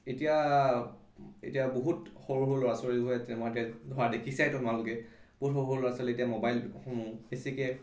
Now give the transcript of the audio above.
এতিয়া এতিয়া বহুত সৰু সৰু ল'ৰা ছোৱালীবোৰে তোমাৰ এতিয়া ধৰা দেখিছাই তোমালোকে বহুত সৰু সৰু ল'ৰা ছোৱালীয়ে এতিয়া মোবাইলসমূহ বেছিকৈ